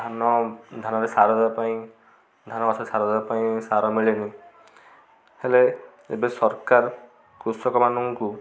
ଧାନ ଧାନରେ ସାର ଦେବା ପାଇଁ ଧାନ ଗଛରେ ସାର ଦେବା ପାଇଁ ସାର ମିଳେନି ହେଲେ ଏବେ ସରକାର କୃଷକମାନଙ୍କୁ